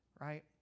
right